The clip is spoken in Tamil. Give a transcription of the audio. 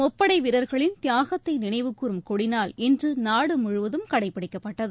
முப்படை வீரர்களின் தியாகத்தை நினைவுகூரும் கொடிநாள் இன்று நாடு முழுவதும் கடைபிடிக்கப்பட்டது